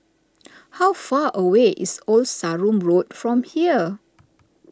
how far away is Old Sarum Road from here